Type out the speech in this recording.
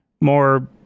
More